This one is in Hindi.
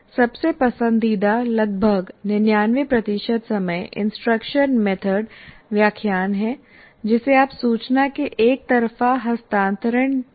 सबसे पसंदीदा लगभग 99 प्रतिशत समय इंस्ट्रक्शन मेथड व्याख्यान है जिसे आप सूचना के एक तरफा हस्तांतरण भी कह सकते हैं